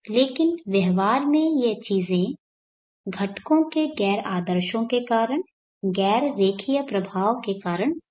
लेकिन व्यवहार में ये चीजें घटकों के गैर आदर्शों के कारण गैर रेखीय प्रभाव के कारण होंगी